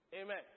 Amen